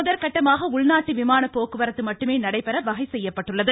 முதற்கட்டமாக உள்நாட்டு விமான போக்குவரத்து மட்டுமே நடைபெற வகை செய்யப்பட்டுள்ளது